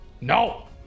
no